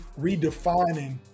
redefining